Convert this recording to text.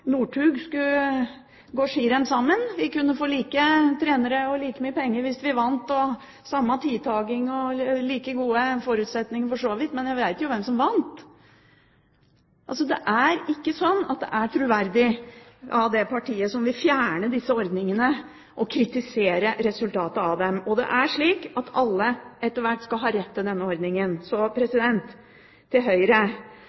like gode forutsetninger, men jeg vet jo hvem som ville ha vunnet. Det blir ikke troverdig når det partiet som vil fjerne disse ordningene, kritiserer resultatet av dem. Det er slik at alle etter hvert skal ha rett til denne ordningen. Så